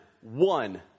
one